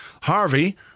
Harvey